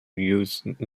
use